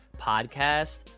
podcast